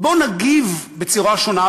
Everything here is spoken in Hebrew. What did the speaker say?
בואו נגיב בצורה שונה.